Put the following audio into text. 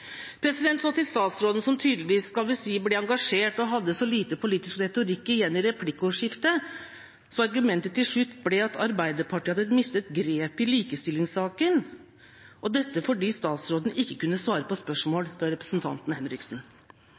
Så til statsråden, som tydeligvis ble engasjert og hadde så lite politisk retorikk igjen i replikkordskiftet at argumentet til slutt ble at Arbeiderpartiet hadde mistet grepet i likestillingssaken – dette fordi statsråden ikke kunne svare på spørsmål fra representanten Henriksen.